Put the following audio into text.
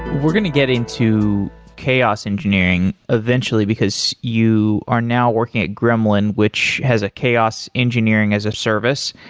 we're going to get into chaos engineering eventually, because you are now working at gremlin, which has a chaos engineering as a service.